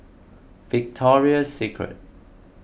Victoria Secret